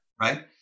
right